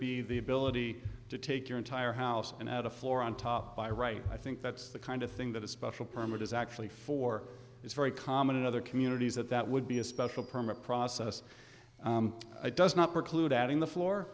be the ability to take your entire house and add a floor on top by right i think that's the kind of thing that a special permit is actually for it's very common in other communities that that would be a special permit process does not preclude adding the